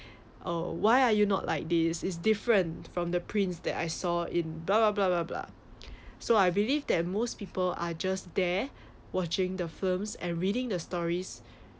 uh why are you not like this is is different from the prince that I saw in blah blah blah blah so I believe that most people are just there watching the firms and reading the stories